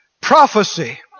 prophecy